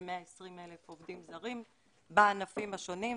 יש כ-120 אלף עובדים זרים בענפים השונים.